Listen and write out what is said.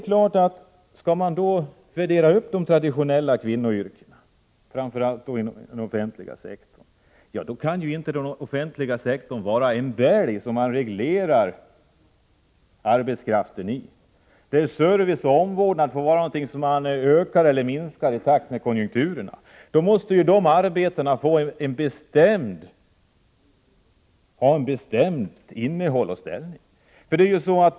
Skall man värdera upp de traditionella kvinnoyrkena, framför allt inom den offentliga sektorn, kan inte den offentliga sektorn vara en bälg som man reglerar arbetskraft i, där service och omvårdnad får vara något som man ökar eller minskar i takt med konjunkturerna. De arbetsuppgifterna måste då ha ett bestämt innehåll och en bestämd ställning.